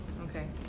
Okay